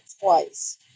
twice